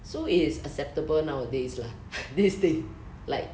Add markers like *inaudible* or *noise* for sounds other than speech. so it is acceptable nowadays lah *laughs* this thing like